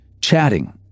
chatting